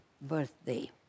birthday